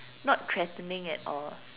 not threatening at all